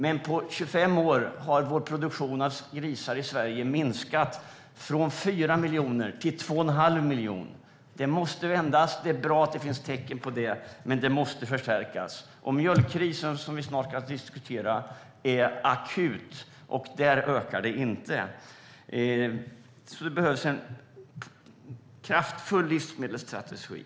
Men Sveriges produktion av grisar har minskat från 4 miljoner till 2 1⁄2 miljon på 25 år. Det måste vända. Det är bra att det finns tecken på att det håller på att vända, men det måste förstärkas. Mjölkkrisen, som vi snart ska diskutera, är akut. Där ökar det inte. Det behövs alltså en kraftfull livsmedelsstrategi.